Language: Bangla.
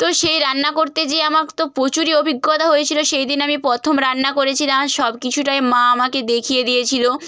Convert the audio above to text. তো সে রান্না করতে যেয়ে আমার তো প্রচুরই অভিজ্ঞতা হয়েছিল সেই দিন আমি প্রথম রান্না করেছিলাম সব কিছুটাই মা আমাকে দেখিয়ে দিয়েছিল